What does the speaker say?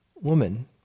woman